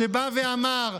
אתם לא משאירים, תרגיע.